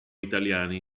italiani